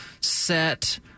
set